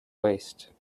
waste